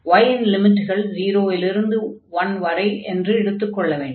y இன் லிமிட்கள் 0 இலிருந்து 1 வரை என்று எடுத்துக் கொள்ள வேண்டும்